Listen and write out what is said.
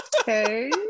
okay